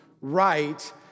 right